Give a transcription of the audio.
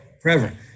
Forever